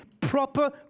proper